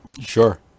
sure